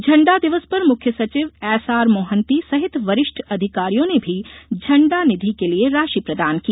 झण्डा दिवस पर मुख्य सचिव एसआर मोहंति सहित वरिष्ठ अधिकारियों ने भी झण्डा निधि के लिये राशि प्रदान की